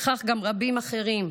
וכך גם רבים אחרים,